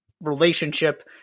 relationship